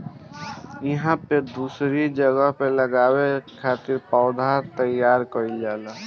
इहां पे दूसरी जगह पे लगावे खातिर पौधा तईयार कईल जाला